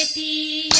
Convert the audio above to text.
the